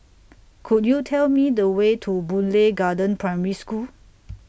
Could YOU Tell Me The Way to Boon Lay Garden Primary School